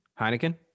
heineken